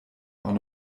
auch